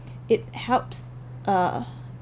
it helps uh